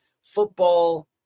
football